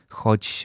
choć